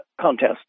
contest